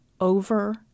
over